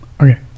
Okay